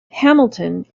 hamilton